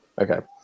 Okay